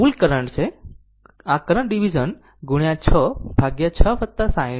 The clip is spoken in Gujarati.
તેથી આ કુલ કરંટ છે આ કરંટ ડીવીઝન ગુણ્યા 6 ભાગ્યા 6 60 છે તે 0